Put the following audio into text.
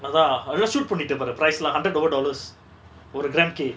அதா அதுலா:atha athulaa shoot பன்னிட்ட:pannita for the price lah hundred over dollars for the grand K